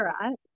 right